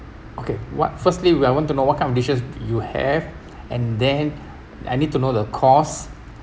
okay what firstly would I want to know what kind of dishes do you have and then I need to know the cost